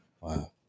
wow